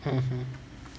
mmhmm